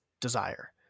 desire